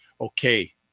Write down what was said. okay